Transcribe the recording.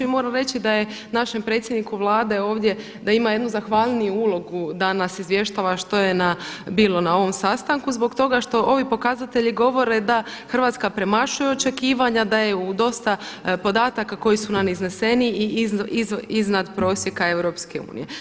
I moram reći da je našem predsjedniku Vlade ovdje, da ima jednu zahvalniju ulogu da nas izvještava što je bilo na ovom sastanku zbog toga što ovi pokazatelji govore da Hrvatska premašuje očekivanja, daje dosta podataka koji su nam izneseni i iznad prosjeka EU.